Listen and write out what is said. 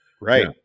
right